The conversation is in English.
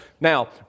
Now